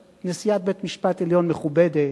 את נשיאת בית-משפט עליון מכובדת,